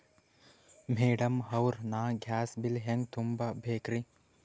Madam ಅವ್ರ, ನಾ gas bill ಹೆಂಗ ತುಂಬಾ ಬೇಕ್ರಿ?